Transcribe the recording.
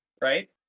right